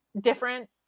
different